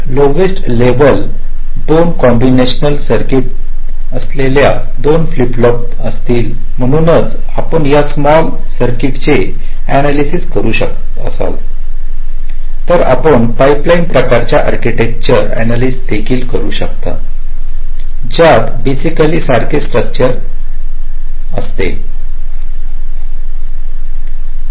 तर lowest level दोन combinational circuit असलेले दोन फ्लिप फ्लॉप असतील म्हणूनच आपण त्या स्मॉल सर्किटचे अनॅलिझ करू शकत असाल तर आपण पाइपलाइन प्रकारच्या आडकिटेक्चरचे अनॅलिझ देखील करू शकता ज्यात बेसकली सारखे स्टक्चर असते ठीक आहे